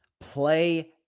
play